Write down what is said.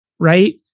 Right